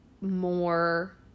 more